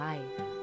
Life